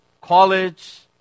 college